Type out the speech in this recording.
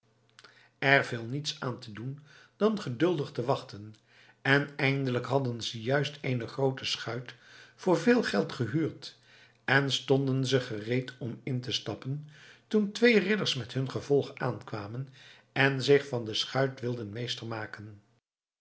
er viel niets aan te doen dan geduldig te wachten en eindelijk hadden ze juist eene groote schuit voor veel geld gehuurd en stonden ze gereed om er in te stappen toen twee ridders met hun gevolg aankwamen en zich van de schuit wilden meester maken